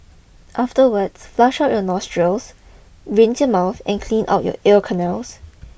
afterwards flush out your nostrils rinse your mouth and clean out you ear canals